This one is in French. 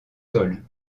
sol